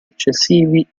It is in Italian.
successivi